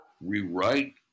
rewrite